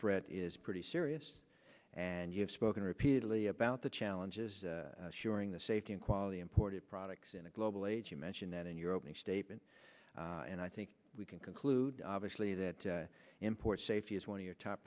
threat is pretty serious and you have spoken repeatedly about the challenges shoring the safety and quality imported products in a global age you mentioned that in your opening statement and i think we can conclude obviously that imports safety is one of your top